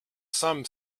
some